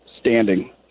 Standing